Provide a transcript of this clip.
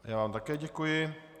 Já vám také děkuji.